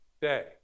day